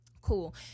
cool